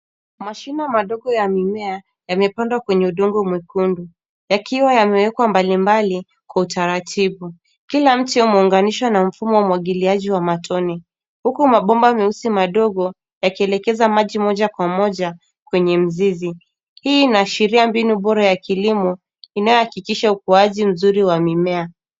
Mashimo madogo ya mimea yamepandwa kwenye udongo mwekundu yakiwa yamewekwa mbalimbali kwa utaratibu. Kila mche umeunganishwa na mfumo wa umwagiliaji wa matone huku mabomba meusi madogo yakielekeza maji moja kwa moja kwenye mzizi. Hii inaashiria mbinu bora ya kilimo inayohakikisha ukuaji mzuri wa mimea.